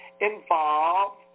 involve